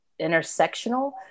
intersectional